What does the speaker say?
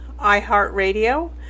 iHeartRadio